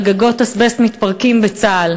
על גגות אזבסט מתפרקים בצה"ל.